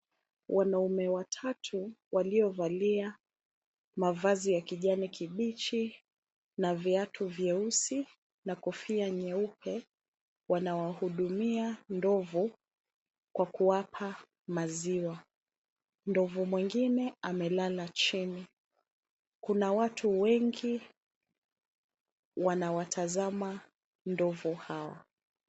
Wanaume watatu waliovalia mavazi ya kijani kibichi na viatu vyeusi na kofia nyeupe wanawahudumia ndovu kwa kuwapa maziwa. Ndovu mwingine amelala chini. Kuna watu wengi wanawatazama ndovu hao.